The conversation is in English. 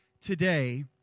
today